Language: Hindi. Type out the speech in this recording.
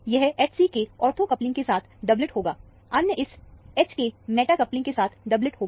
यह Hc के ऑर्थो कपलिंग के साथ डबलेट होगा अन्य इस H के मेटा कपलिंग के साथ डबलेट होगा